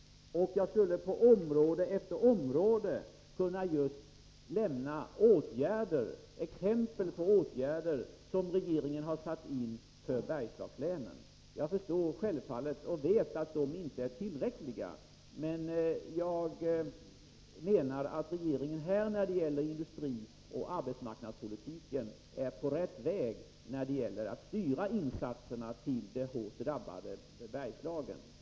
Jag skulle på område efter område kunna ge exempel på åtgärder som regeringen har satt in för Bergslagslänen. Jag vet att de inte är tillräckliga, men jag menar att regeringen när det gäller industrioch arbetsmarknadspolitik är på rätt väg för att styra insatserna till det hårt drabbade Bergslagen.